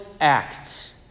act